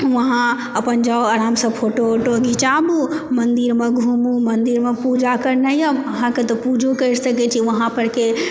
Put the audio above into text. वहाँ अपन जाउ आरामसंँ फोटो उटो घिचाबू मंदिरमे घुमू मंदिरमे पूजा करनाइ यऽ अहाँकेँ तऽ पूजो करि सकैत छी वहाँ परके